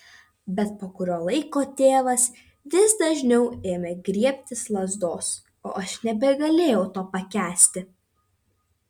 bet po kurio laiko tėvas vis dažniau ėmė griebtis lazdos o aš nebegalėjau to pakęsti